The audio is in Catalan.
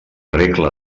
regla